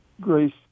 Grace